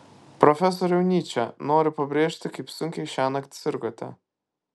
profesoriau nyče noriu pabrėžti kaip sunkiai šiąnakt sirgote